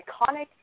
iconic